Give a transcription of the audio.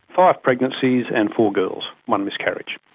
five pregnancies and four girls, one miscarriage.